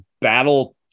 battle